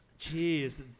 Jeez